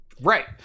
Right